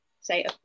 say